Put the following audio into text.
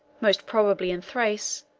most probably in thrace,